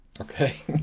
Okay